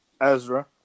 Ezra